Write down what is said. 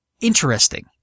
interesting